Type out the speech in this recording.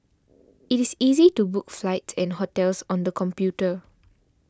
it is easy to book flights and hotels on the computer